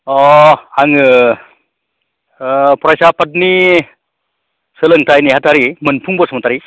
अ आङो ओ फरायसा आफादनि सोलोंथाइ नेहाथारि मोनफुं बसुमतारि